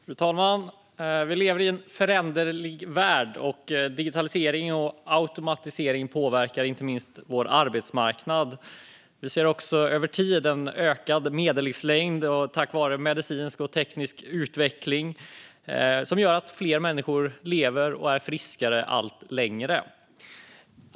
Fru talman! Vi lever i en föränderlig värld. Digitalisering och automatisering påverkar inte minst vår arbetsmarknad. Vi ser också över tiden ökad medellivslängd tack vare medicinsk och teknisk utveckling som gör att fler människor lever och är friskare allt längre.